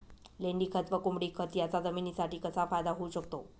लेंडीखत व कोंबडीखत याचा जमिनीसाठी कसा फायदा होऊ शकतो?